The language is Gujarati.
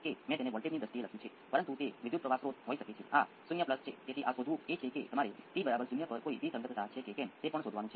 તેથી તમે સાઈનુંસોઈડ્સ લાગુ કરો તે નેચરલ રિસ્પોન્સ છેલ્લા કેટલાક માઈક્રો સેકન્ડ હોઈ શકે છે